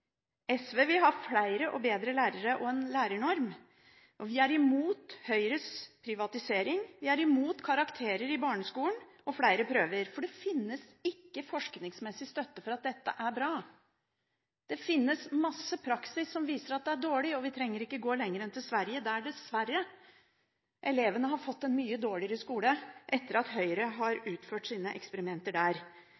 SV vil ha flere og bedre lærere og en lærernorm. Vi er imot Høyres privatisering, vi er imot karakterer i barneskolen og flere prøver, for det finnes ikke forskningsmessig støtte for at dette er bra. Det finnes mye praksis som viser at det er dårlig, og vi trenger ikke gå lenger enn til Sverige, der elevene dessverre har fått en mye dårligere skole etter at høyresiden har